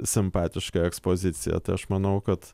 simpatiška ekspozicija tai aš manau kad